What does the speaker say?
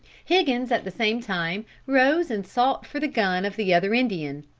higgins at the same time rose and sought for the gun of the other indian.